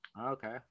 okay